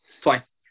twice